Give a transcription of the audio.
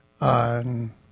on